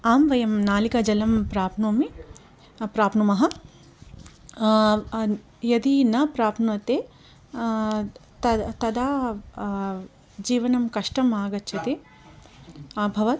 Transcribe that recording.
आम् वयं नलिका जलं प्राप्नोमि प्राप्नुमः अन् यदि न प्राप्नोते तत् तदा जीवनं कष्टं आगच्छति अभवत्